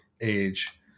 age